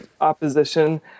opposition